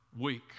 week